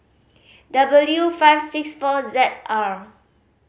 W five six four Z R